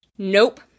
Nope